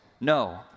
No